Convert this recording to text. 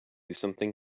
something